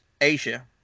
Asia